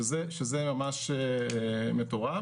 שזה ממש מטורף.